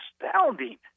astounding